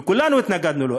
וכולנו התנגדנו לו,